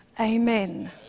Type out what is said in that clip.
Amen